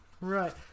Right